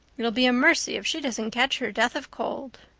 it'll be a mercy if she doesn't catch her death of cold.